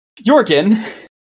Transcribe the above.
Jorgen